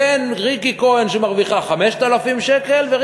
בין לריקי כהן שמרוויחה 5,000 שקל ובין